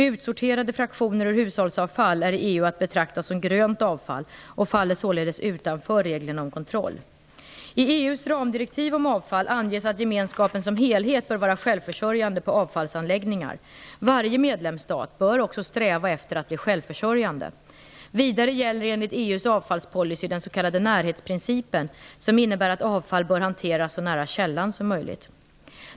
Utsorterade fraktioner ur hushållsavfall är i EU att betrakta som "grönt avfall" och faller således utanför reglerna om kontroll. I EU:s ramdirektiv om avfall anges att gemenskapen som helhet bör vara självförsörjande på avfallsanläggningar. Varje medlemsstat bör också sträva efter att bli självförsörjande. Vidare gäller enligt EU:s avfallspolicy den s.k. närhetsprincipen som innebär att avfall bör hanteras så nära källan som möjligt.